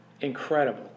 incredible